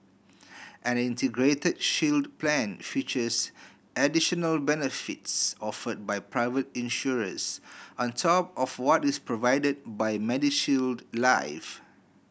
an Integrated Shield Plan features additional benefits offered by private insurers on top of what is provided by MediShield Life